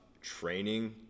training